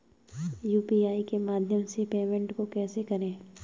UPI के माध्यम से पेमेंट को कैसे करें?